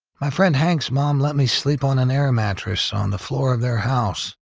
my friend hank's mom let me sleep on an air mattress on the floor of their house.